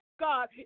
God